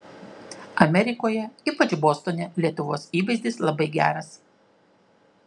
amerikoje ypač bostone lietuvos įvaizdis labai geras